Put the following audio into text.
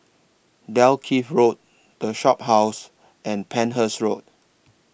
Dalkeith Road The Shophouse and Penhas Road